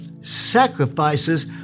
sacrifices